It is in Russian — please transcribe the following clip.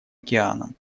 океаном